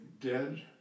dead